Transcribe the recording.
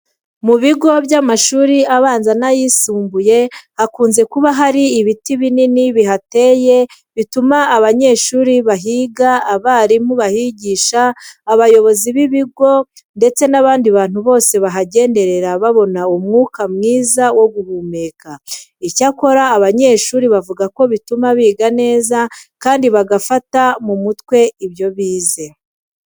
Mu bigo by'amashuri abanza n'ayisumbuye hakunze kuba hari ibiti binini bihateye bituma abanyeshuri bahiga, abarimu bahigisha, abayobozi b'ikigo ndetse n'abandi bantu bose bahagenderera babona umwuka mwiza wo guhumeka. Icyakora abanyeshuri bavuga ko bituma biga neza kandi bagafata mu mutwe ibyo bize.